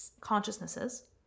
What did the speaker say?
consciousnesses